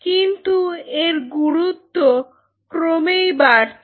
কিন্তু এর গুরুত্ব ক্রমেই বাড়ছে